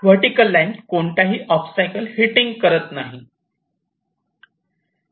vertical line कोणताही obstacles hitting करत नाही